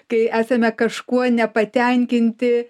kai esame kažkuo nepatenkinti